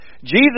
Jesus